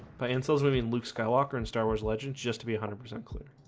pencils maybe luke skywalker in star wars legends just to be a hundred percent clear.